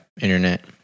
Internet